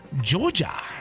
Georgia